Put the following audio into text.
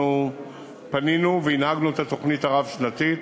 אנחנו פנינו והנהגנו את התוכנית הרב-שנתית.